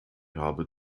habe